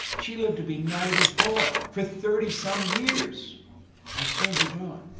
she lived to be ninety four for thirty some years i'll soon be gone.